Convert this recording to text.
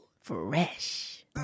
fresh